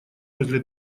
возле